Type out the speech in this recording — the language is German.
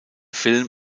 film